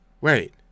wait